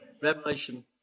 Revelation